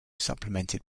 supplemented